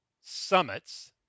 summits